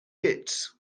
hits